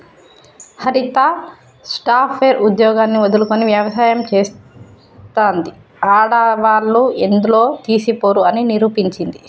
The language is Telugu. హరిత సాఫ్ట్ వేర్ ఉద్యోగాన్ని వదులుకొని వ్యవసాయం చెస్తాంది, ఆడవాళ్లు ఎందులో తీసిపోరు అని నిరూపించింది